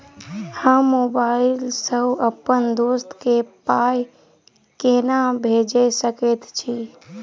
हम मोबाइल सअ अप्पन दोस्त केँ पाई केना भेजि सकैत छी?